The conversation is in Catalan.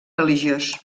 religiós